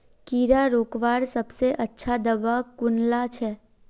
कीड़ा रोकवार सबसे अच्छा दाबा कुनला छे?